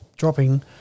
dropping